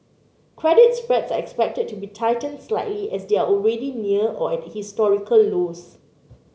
credit spreads are expected to be tightened slightly as they are already near or at historical lows